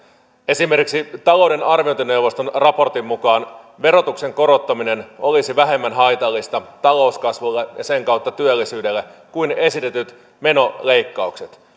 esimerkiksi talouden arviointineuvoston raportin mukaan verotuksen korottaminen olisi vähemmän haitallista talouskasvulle ja sen kautta työllisyydelle kuin esitetyt menoleikkaukset